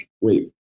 Wait